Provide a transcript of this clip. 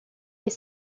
est